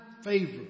favor